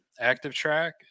ActiveTrack